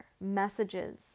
messages